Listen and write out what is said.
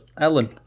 Ellen